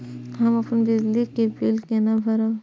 हम अपन बिजली के बिल केना भरब?